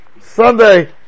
Sunday